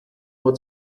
nur